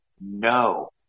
No